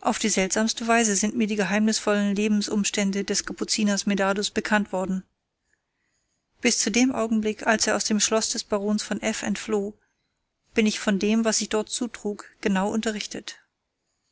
auf die seltsamste weise sind mir die geheimnisvollen lebensumstände des kapuziners medardus bekannt worden bis zu dem augenblick als er aus dem schloß des barons von f entfloh bin ich von dem was sich dort zutrug genau unterrichtet